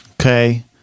Okay